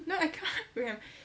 no I can't rem~